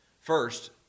First